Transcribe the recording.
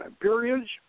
periods